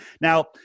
Now